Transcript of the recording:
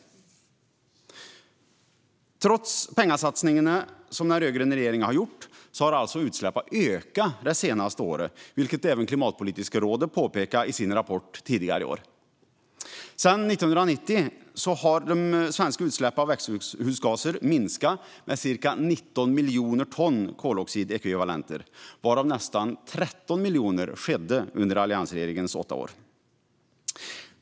Trots de pengasatsningar den rödgröna regeringen har gjort har alltså utsläppen ökat det senaste året, vilket även Klimatpolitiska rådet påpekat i sin rapport tidigare i år. Sedan 1990 har de svenska utsläppen av växthusgaser minskat med ca 19 miljoner ton koldioxidekvivalenter, varav en minskning med nästan 13 miljoner ton skedde under alliansregeringens åtta år.